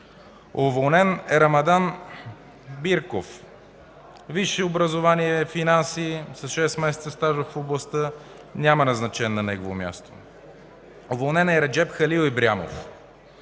Уволнен е Рамадан Бирков. Висше образование – финанси, с 6 месеца стаж в областта, няма назначен на негово място. Уволнен е Ереджеп Халилибрахимов,